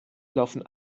laufen